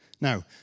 Now